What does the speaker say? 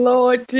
Lord